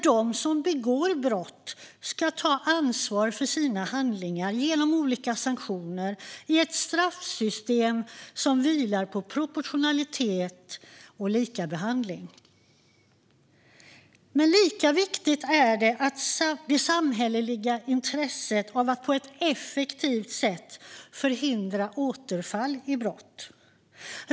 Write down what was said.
De som begår brott ska ta ansvar för sina handlingar genom olika sanktioner i ett straffsystem som vilar på proportionalitet och likabehandling. Lika viktigt är det samhälleliga intresset av att på ett effektivt sätt förhindra återfall i brott.